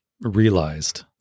realized